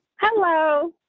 Hello